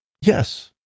Yes